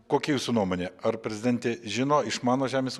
kokia jūsų nuomonė ar prezidentė žino išmano žemės